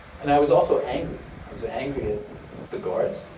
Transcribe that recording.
and i was also angry. i was angry at the guards.